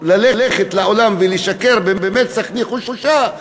ללכת לעולם ולשקר במצח נחושה,